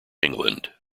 england